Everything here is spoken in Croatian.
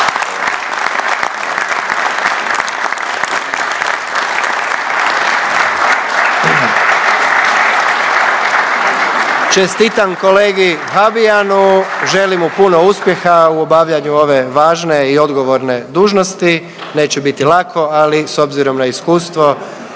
Čestitam kolegi Habijanu, želim mu puno uspjeha u obavljanju ove važne i odgovorne dužnosti. Neće biti lako, ali s obzirom na iskustvo